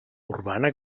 urbana